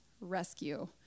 rescue